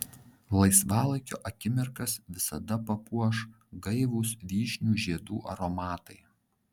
laisvalaikio akimirkas visada papuoš gaivūs vyšnių žiedų aromatai